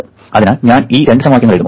അതിനാൽ ഞാൻ ഈ രണ്ട് സമവാക്യങ്ങൾ എഴുതും